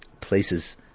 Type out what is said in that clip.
places